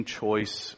choice